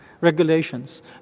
regulations